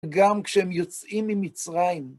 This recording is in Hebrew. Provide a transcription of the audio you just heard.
גם כשהם יוצאים ממצרים.